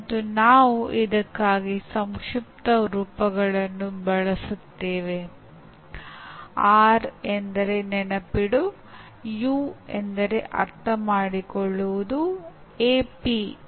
ಮೆದುಳಿನಲ್ಲಿ ಕೆಲವು ಸೂಕ್ತ ಮತ್ತು ಅಪೇಕ್ಷಣೀಯ ಸಿನಾಪ್ಸ್ಗಳನ್ನು ಪುನರಾವರ್ತಿತವಾಗಿ ಬಳಸುವುದರ ಮೂಲಕ ಕಲಿಕೆ ಸ್ಥಿರಗೊಳ್ಳುತ್ತದೆ